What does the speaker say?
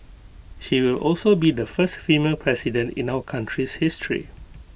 she will also be the first female president in our country's history